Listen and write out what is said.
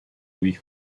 lui